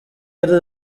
ari